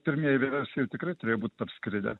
pirmieji vieversiai tikrai turėjo būt parskridę